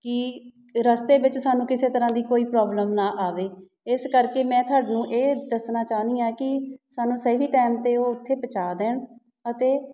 ਕਿ ਰਸਤੇ ਵਿੱਚ ਸਾਨੂੰ ਕਿਸੇ ਤਰ੍ਹਾਂ ਦੀ ਕੋਈ ਪ੍ਰੋਬਲਮ ਨਾ ਆਵੇ ਇਸ ਕਰਕੇ ਮੈਂ ਤੁਹਨੂੰ ਇਹ ਦੱਸਣਾ ਚਾਹੁੰਦੀ ਹਾਂ ਕਿ ਸਾਨੂੰ ਸਹੀ ਟਾਈਮ 'ਤੇ ਉਹ ਉੱਥੇ ਪਹੁੰਚਾ ਦੇਣ ਅਤੇ